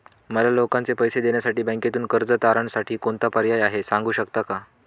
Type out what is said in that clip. मला लोकांचे पैसे देण्यासाठी बँकेतून कर्ज तारणसाठी कोणता पर्याय आहे? सांगू शकता का?